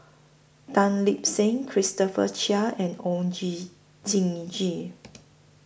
Tan Lip Seng Christopher Chia and Oon Gee Jin Gee